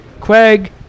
Craig